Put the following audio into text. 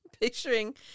picturing